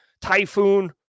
Typhoon